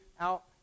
out